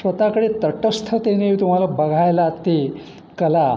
स्वतःकडे तटस्थतेने तुम्हाला बघायला ते कला